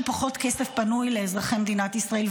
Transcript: וישאירו פחות כסף פנוי לאזרחי מדינת ישראל: